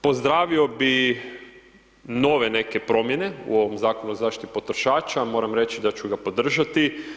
Pozdravio bi nove neke promjene u ovom Zakonu o zaštiti potrošača, moram reći da ću ga podržati.